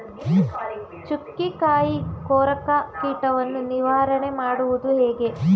ಚುಕ್ಕಿಕಾಯಿ ಕೊರಕ ಕೀಟವನ್ನು ನಿವಾರಣೆ ಮಾಡುವುದು ಹೇಗೆ?